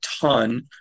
ton